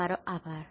તમારો ખૂબ ખૂબ આભાર